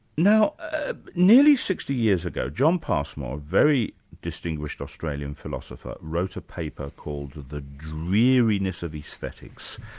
now ah nearly sixty years ago, john passmore, a very distinguished australian philosopher wrote a paper called the dreariness of aesthetics.